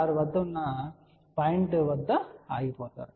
6 వద్ద ఉన్న పాయింట్ వద్ద ఆగిపోతారు